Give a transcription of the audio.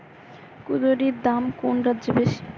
কুঁদরীর দাম কোন রাজ্যে বেশি?